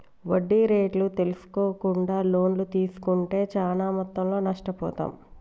వడ్డీ రేట్లు తెల్సుకోకుండా లోన్లు తీస్కుంటే చానా మొత్తంలో నష్టపోతాం